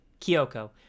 Kyoko